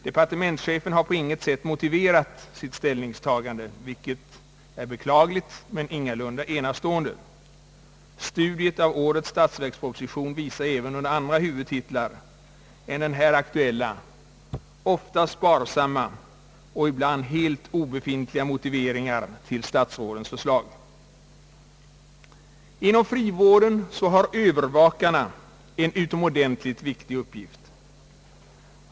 Departementschefen har på intet sätt motiverat sitt ställningstagande, vilket är beklagligt men ingalunda enastående. Studiet av årets statsverksproposition visar, även under andra huvudtitlar än den här aktuella, ofta sparsamma och ibland helt obefintliga motiveringar till statsrådens förslag. Inom frivården har övervakarna en utomordentligt viktig uppgift.